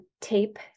tape